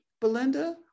Belinda